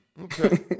Okay